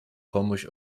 komuś